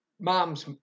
mom's